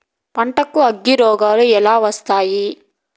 పంటకు అగ్గిరోగాలు ఎలా వస్తాయి?